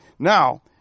Now